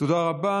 תודה רבה.